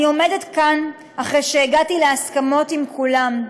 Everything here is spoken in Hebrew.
אני עומדת כאן אחרי שהגעתי להסכמות עם כולם.